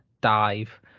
dive